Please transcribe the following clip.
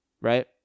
Right